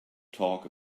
talk